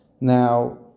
Now